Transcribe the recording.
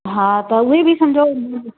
हा त उहे बि समुझो